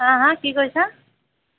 হা হা কি কৈছা